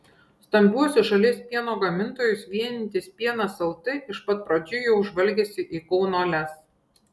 stambiuosius šalies pieno gamintojus vienijantis pienas lt iš pat pradžių jau žvalgėsi į kauno lez